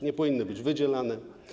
Nie powinny być wydzielane.